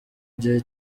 gihe